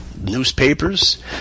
newspapers